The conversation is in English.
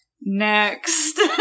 Next